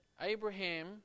Abraham